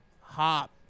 hop